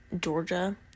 Georgia